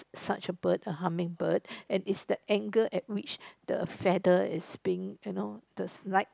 such a bird a hummingbird and is the angle at which the feather is being you know the light